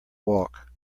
walk